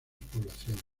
poblaciones